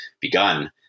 begun